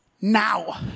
now